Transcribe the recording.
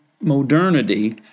modernity